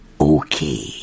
okay